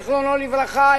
זיכרונו לברכה,